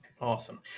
Awesome